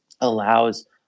allows